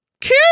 Cute